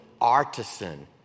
artisan